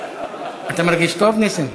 אתה מרגיש טוב, נסים?